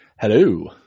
Hello